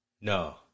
No